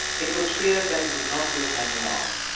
it was feared that he would not live many hours.